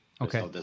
okay